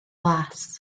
las